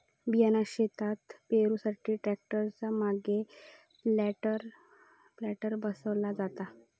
बियाणा शेतात पेरुसाठी ट्रॅक्टर च्या मागे प्लांटर बसवला जाता